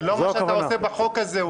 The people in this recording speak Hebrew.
זה לא מה שאתה עושה בחוק זה,